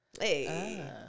Hey